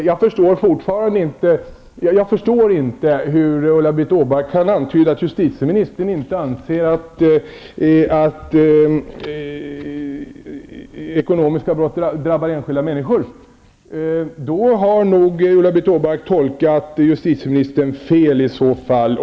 Jag förstår inte hur Ulla-Britt Åbark kan tycka att justitieministern inte anser att ekonomiska brott drabbar enskilda människor. I så fall har nog Ulla Britt Åbark tolkat justitieministern fel.